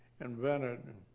invented